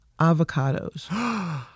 Avocados